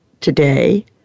today